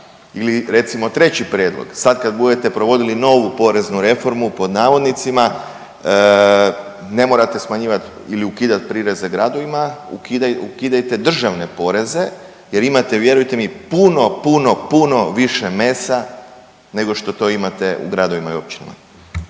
ili recimo treći prijedlog, sad kad budete provodili „novu poreznu reformu“ ne morate smanjivat ili ukidat prireze gradovima, ukidajte državne poreze jer imate vjerujte mi puno, puno, puno više mesa nego što to imate u gradovima i općinama.